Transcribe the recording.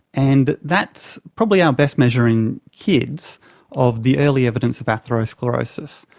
and that's probably our best measure in kids of the early evidence of atherosclerosis.